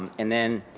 um and then,